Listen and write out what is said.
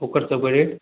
ओकर सबके रेट